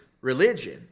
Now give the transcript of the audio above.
religion